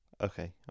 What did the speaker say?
Okay